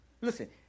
Listen